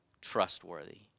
trustworthy